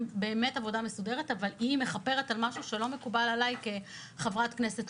זו באמת עבודה מסודרת אבל היא מכפרת על משהו שלא מקובל עלי כחברת כנסת.